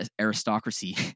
aristocracy